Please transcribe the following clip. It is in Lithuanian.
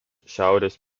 šiaurės